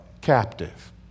captive